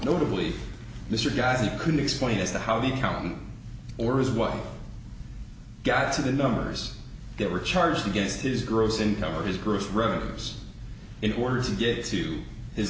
notably mr geithner couldn't explain as to how the accountant or his wife got to the numbers they were charged against his gross income or his group's relatives in order to get to his